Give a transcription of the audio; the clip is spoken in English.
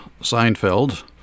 Seinfeld